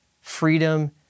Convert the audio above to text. freedom